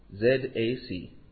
z-a-c